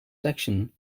section